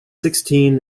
sixteen